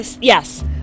Yes